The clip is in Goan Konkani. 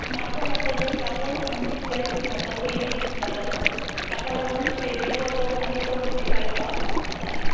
मातसो मातसो दिसता पूण तितलोय दिसना जो पयलीं दिसतालो तसो ताका लागून स्टेजीर वचप आनी तो भंय काडपाक जाय